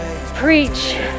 Preach